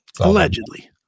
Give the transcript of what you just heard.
Allegedly